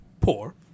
poor